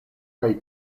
kaj